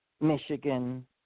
Michigan